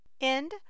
End